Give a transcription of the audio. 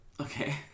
Okay